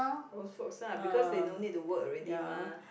old folks ah because they don't need to work already mah